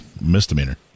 misdemeanor